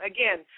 Again